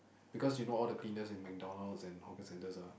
because you know all the cleaners in MacDonalds and hawker centres are